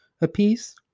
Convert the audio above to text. apiece